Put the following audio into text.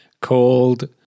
called